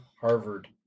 Harvard